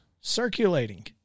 circulating